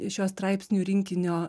šio straipsnių rinkinio